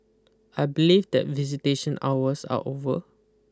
I believe that visitation hours are over